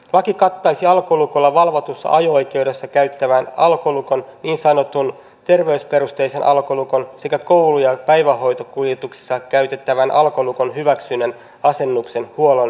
laki kattaisi alkolukolla valvotussa ajo oikeudessa käytettävän alkolukon niin sanotun terveysperusteisen alkolukon sekä koulu ja päivähoitokuljetuksissa käytetyn alkolukon hyväksynnän asennuksen huollon ja käytön